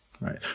Right